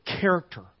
character